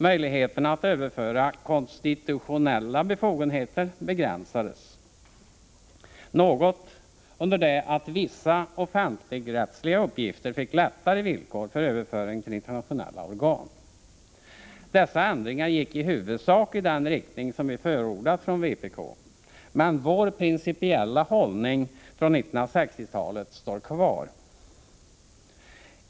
Möjligheterna att överföra konstitutionella befogenheter begränsades något, under det att det blev lättnader i villkoren för överföring av vissa offentligrättsliga uppgifter till internationellt organ. Dessa ändringar gick i huvudsak i den riktning som vi från vpk förordat, men vår principiella hållning från 1960-talet stod kvar.